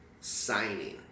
signing